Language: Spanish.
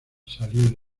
salió